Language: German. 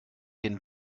den